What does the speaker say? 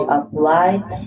applied